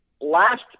last